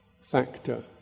factor